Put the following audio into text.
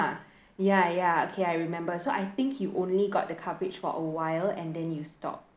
ya ya okay I remember so I think you only got the coverage for a while and then you stopped